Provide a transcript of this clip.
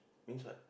means what